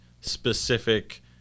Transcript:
specific